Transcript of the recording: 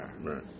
Right